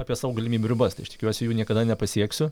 apie savo galimybių ribas tai aš tikiuosi jų niekada nepasieksiu